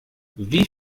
wie